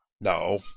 No